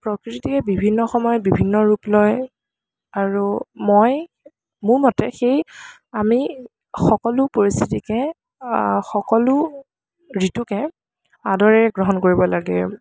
প্ৰকৃতিয়ে বিভিন্ন সময়ত বিভিন্ন ৰূপ লয় আৰু মই মোৰ মতে সেই আমি সকলো পৰিস্থিতিকে সকলো ঋতুকে আদৰেৰে গ্ৰহণ কৰিব লাগে